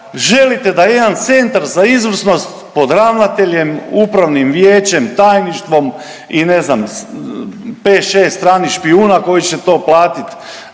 želite da jedan Centar za izvrsnost pod ravnateljem Upravnim vijećem, tajništvom i ne znam pet, šest stranih špijuna koji će to platiti